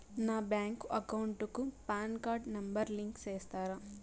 నా bank account కు PAN card number ను లింకు సేస్తారా?